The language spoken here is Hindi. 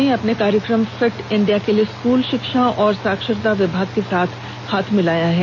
खेल मंत्रालय ने अपने कार्यक्रम फिट इंडिया के लिए स्कल शिक्षा और साक्षरता विभाग के साथ हाथ मिलाया है